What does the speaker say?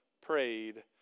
prayed